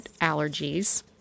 allergies